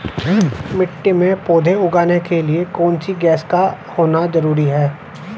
मिट्टी में पौधे उगाने के लिए कौन सी गैस का होना जरूरी है?